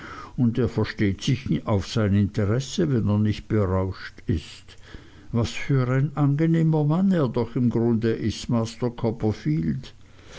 und er versteht sich auf sein interesse wenn er nicht berauscht ist was für ein angenehmer mann er doch im grunde ist